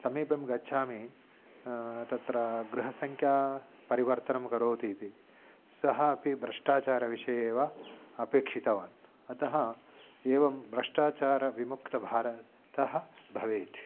समीपं गच्छामि तत्र गृहसङ्ख्या परिवर्तनं करोतु इति सः अपि भ्रष्टाचारविषये एव अपेक्षितवान् अतः एवं भ्रष्टाचारः विमुक्तः भारतः अतः भवेत्